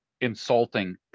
insulting